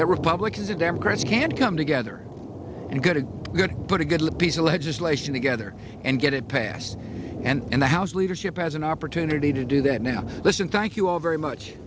that republicans and democrats can come together and go to put a good little piece of legislation together and get it passed and the house leadership has an opportunity to do that now listen thank you all very much